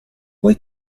puoi